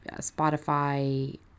Spotify